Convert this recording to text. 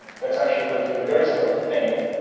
that's actually going to do a very similar thing.